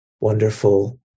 wonderful